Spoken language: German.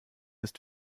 ist